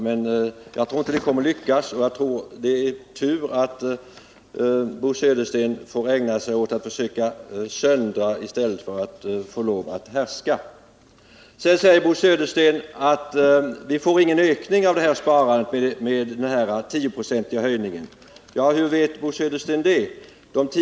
Jag tror inte att det kommer att lyckas, och det är nog tur att Bo Södersten får ägna sig åt att försöka söndra i stället för åt att härska. Bo Södersten säger att vi inte får någon ökning av sparandet med den 10-procentiga höjningen. Hur vet Bo Södersten det?